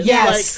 Yes